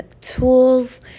tools